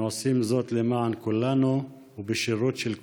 הם עושים זאת למען כולנו ובשירות של כולנו,